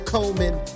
Coleman